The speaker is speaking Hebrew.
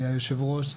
יושב הראש,